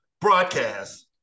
broadcast